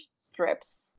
strips